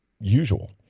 usual